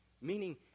Meaning